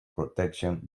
protection